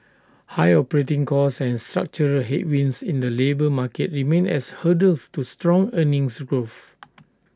high operating costs and structural headwinds in the labour market remain as hurdles to strong earnings growth